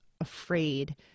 afraid